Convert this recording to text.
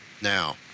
now